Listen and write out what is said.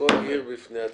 היינו מתרוששים.